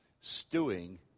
stewing